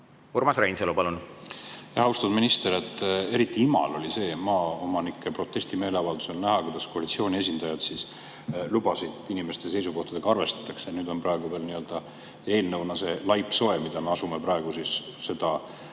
Urmas Reinsalu, palun! Austatud minister! Eriti imal oli maaomanike protestimeeleavaldusel näha, kuidas koalitsiooni esindajad lubasid, et inimeste seisukohtadega arvestatakse. Nüüd on praegu veel nii-öelda eelnõuna see laip soe, mida me asume praegu menetlema. Mu